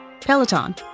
Peloton